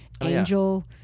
Angel